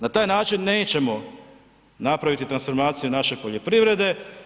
Na taj način nećemo napraviti transformaciju naše poljoprivrede.